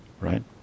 right